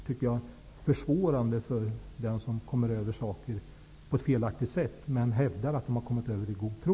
Det skulle då för den som kommit över saker på ett felaktigt sätt bli svårare att hävda att det har skett i god tro.